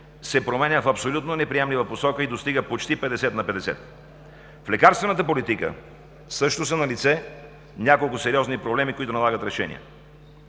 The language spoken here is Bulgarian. се променя в абсолютно неприемлива посока и достига почти 50 на 50. В лекарствената политика също са налице няколко сериозни проблеми, които налагат решения.